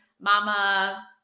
mama